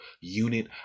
unit